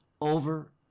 over